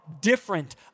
different